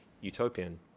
utopian